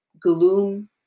gloom